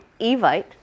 eVite